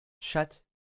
Shut